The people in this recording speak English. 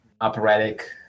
operatic